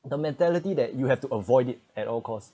the mentality that you have to avoid it at all costs